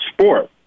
sport